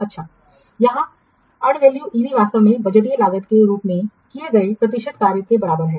अच्छा यहाँ earned value EV वास्तव में बजटीय लागत में पूरा किए गए प्रतिशत कार्य के बराबर है